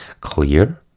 Clear